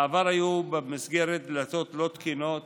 בעבר היו במסגרת דלתות לא תקינות.